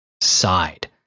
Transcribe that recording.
side